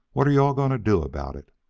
what are you-all going to do about it?